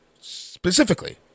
specifically